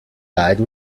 died